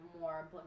more